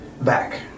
back